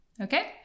Okay